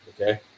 okay